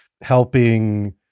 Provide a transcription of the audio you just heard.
helping